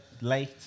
late